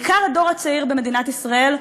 בעיקר הדור הצעיר במדינת ישראל,